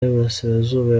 y’iburasirazuba